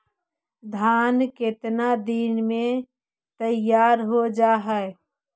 धान केतना दिन में तैयार हो जाय है?